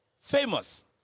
Famous